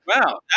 wow